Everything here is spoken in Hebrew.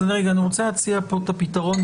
אני רוצה להציע את הפתרון.